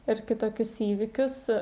ir kitokius įvykius